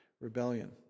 rebellion